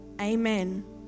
Amen